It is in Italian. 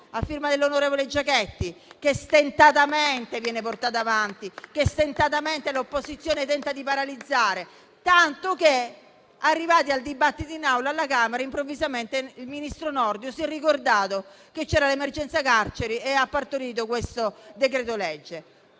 a firma dell'onorevole Giachetti, che stentatamente viene portato avanti e la maggioranza tenta di paralizzare, tanto che, arrivati al dibattito in Aula alla Camera, improvvisamente il ministro Nordio si è ricordato che c'era l'emergenza carceri e ha partorito questo decreto-legge.